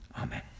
Amen